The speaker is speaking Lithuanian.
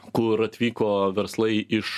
kur atvyko verslai iš